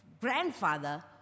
grandfather